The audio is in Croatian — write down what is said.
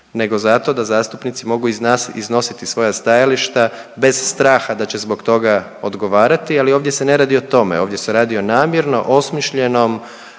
nego zato da zastupnici mogu iznositi svoja stajališta bez straha da će zbog toga odgovarati, ali ovdje se ne radi o tome. Ovdje se radi o namjerno osmišljenom